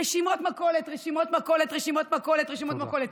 רשימות מכולת, רשימות מכולת, רשימות מכולת.